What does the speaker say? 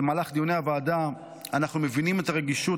במהלך דיוני הוועדה אנחנו מבינים את הרגישות